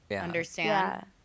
understand